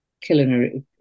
culinary